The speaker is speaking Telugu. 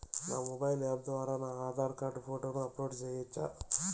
నా మొబైల్ యాప్ ద్వారా నా ఆధార్ కార్డు ఫోటోను అప్లోడ్ సేయొచ్చా?